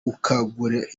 ukagura